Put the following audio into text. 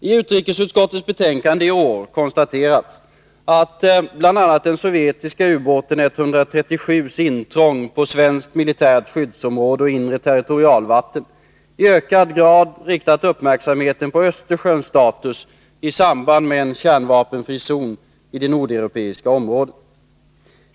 I utrikesutskottets betänkande i år konstateras att bl.a. intrånget av den sovjetiska ubåten 137 på svenskt militärt skyddsområde och inre territorialvatten i ökad grad har riktat uppmärksamheten på Östersjöns status i samband med en kärnvapenfri zon i det nordeuropeiska området.